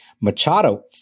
Machado